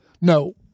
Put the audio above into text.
No